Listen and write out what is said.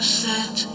set